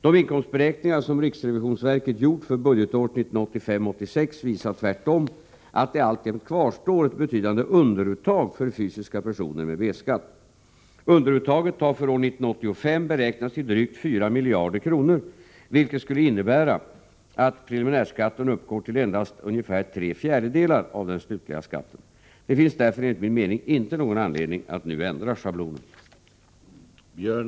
De inkomstberäkningar som riksrevisionsverket gjort för budgetåret 1985/86 visar tvärtom att det alltjämt kvarstår ett betydande underuttag för fysiska personer med B-skatt. Underuttaget har för år 1985 beräknats till drygt 4 miljarder kronor, vilket skulle innebära att preliminärskatten uppgår till endast cirka tre fjärdedelar av den slutliga skatten. Det finns därför enligt min mening inte någon anledning att nu ändra schablonen.